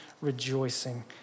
rejoicing